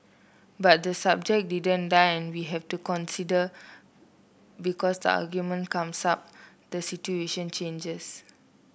but the subject didn't die and we have to consider because the argument comes up the situation changes